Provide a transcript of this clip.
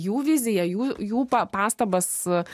jų viziją jų jų pa pastabas